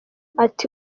ati